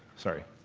sorry.